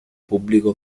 pubblico